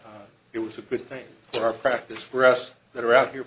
lose it was a good thing for our practice for us that are out here